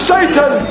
Satan